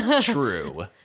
True